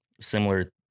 similar